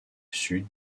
sud